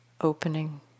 opening